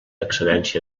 excedència